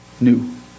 new